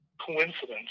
coincidence